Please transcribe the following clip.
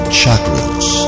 chakras